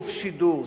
גוף שידור,